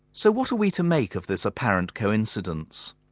so what are we to make of this apparent coincidence?